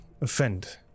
offend